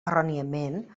erròniament